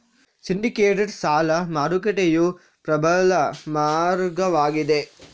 syndicated ಸಾಲ ಮಾರುಕಟ್ಟೆಯು ಪ್ರಬಲ ಮಾರ್ಗವಾಗಿದೆ